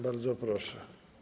Bardzo proszę.